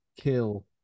kill